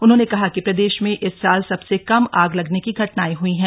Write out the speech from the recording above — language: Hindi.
उन्होंने कहा कि प्रदेश में इस साल सबसे कम आग लगने की घटनाएं हई हैं